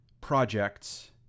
projects